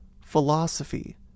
philosophy